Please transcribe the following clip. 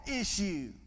issue